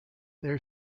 their